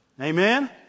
Amen